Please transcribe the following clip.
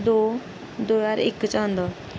दो दो ज्हार इक च आंदा